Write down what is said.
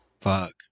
Fuck